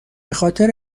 خاطر